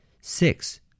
six